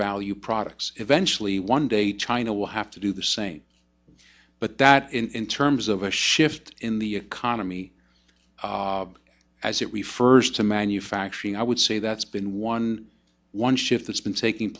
value products eventually one day china will have to do the same but that in terms of a shift in the economy as it refers to manufacturing i would say that's been one one shift that's been taking